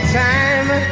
time